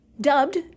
Dubbed